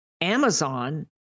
Amazon